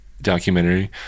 documentary